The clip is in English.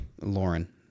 Lauren